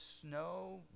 snow